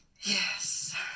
Yes